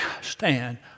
stand